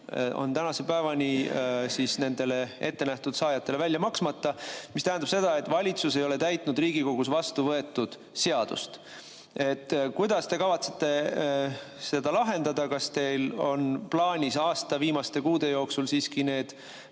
on tänase päevani välja maksmata, nendele ettenähtud saajatele välja maksmata, mis tähendab seda, et valitsus ei ole täitnud Riigikogus vastuvõetud seadust. Kuidas te kavatsete seda lahendada? Kas teil on plaanis aasta viimaste kuude jooksul siiamaani